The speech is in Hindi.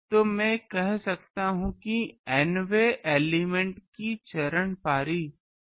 तो मैं कह सकता हूं कि n वें एलिमेंट् की चरण पारी जो n अल्फा d होगी